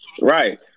right